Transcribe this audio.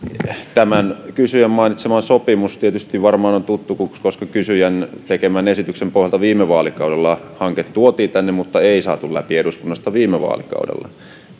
tämä kysyjän mainitsema sopimus varmaan on tuttu koska kysyjän tekemän esityksen pohjalta viime vaalikaudella hanke tuotiin tänne mutta sitä ei saatu läpi eduskunnasta läpi viime vaalikaudella